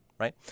right